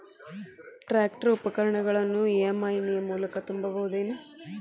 Tractor ಉಪಕರಣಗಳನ್ನು EMI ಮೂಲಕ ತುಂಬಬಹುದ ಏನ್?